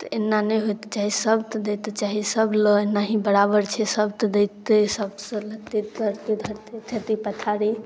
तऽ एना नहि होइके चाही सभके दैके चाही सभलए ओनाहि बराबर छै सभके देतै सभसँ लेतै करतै धरतै खेती पथारी